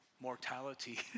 mortality